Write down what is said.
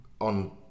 on